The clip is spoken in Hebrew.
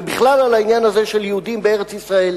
ובכלל על העניין הזה של יהודים בארץ-ישראל,